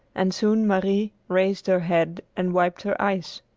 and soon marie raised her head and wiped her eyes.